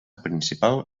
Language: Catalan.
principal